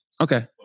Okay